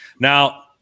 Now